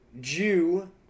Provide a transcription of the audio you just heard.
Jew